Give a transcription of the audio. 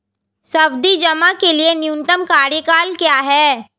सावधि जमा के लिए न्यूनतम कार्यकाल क्या है?